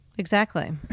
exactly.